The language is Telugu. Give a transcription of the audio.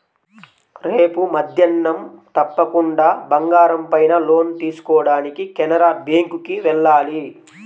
రేపు మద్దేన్నం తప్పకుండా బంగారం పైన లోన్ తీసుకోడానికి కెనరా బ్యేంకుకి వెళ్ళాలి